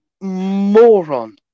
moron